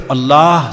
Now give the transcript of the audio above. Allah